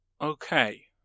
okay